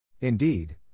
Indeed